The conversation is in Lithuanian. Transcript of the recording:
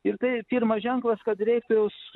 ir tai pirmas ženklas kad reiktų